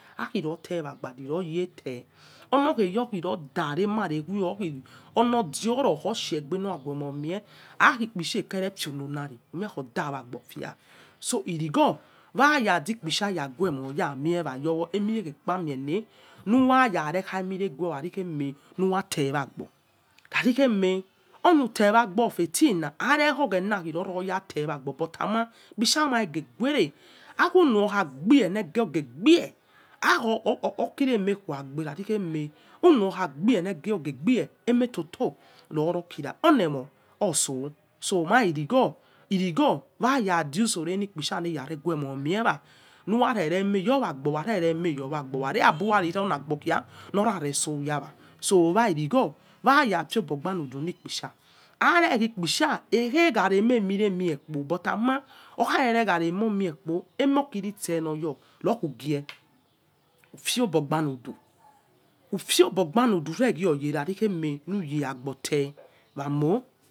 Akhirote megbo and he royeh te onokh eyokhiroda remote khuegbe okhiondiore otsheh gbe noraguemo mire akhikpoiha ekere tio onu nari amiekhoda wagbo fie so irogho wa yazikpisha raguemomiewa yoro emoirekhekpa nile ne numayarekha emiregho raririkhemeh nawatewagbo rari khemeh onu tewagbo of a thing na are khoghena nozoyate naagbo but nama kpohama ageguere hakh umo okhagbie nege ghe akoko kiremekhewagbe nariri kheme uno okhagile negeh ge bie emetoto norobira onemo orgo so wani righo waradiosore nokpisha ra ghuewmo miewa ni wa rere emeyowa agbo narere egemeyowagbo uriaburari ronagbo khia norare so nawa so werioho wa ya fiobogbanudu nokpisha are khikioha ekhegari emeiremie kpo but ama okharegharemomie kpo emokirinoyor rokho afio obo gbamudi ufio obogbanudu uregio yere rarieme nujer agbo te wamo